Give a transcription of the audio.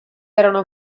erano